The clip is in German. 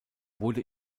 wurde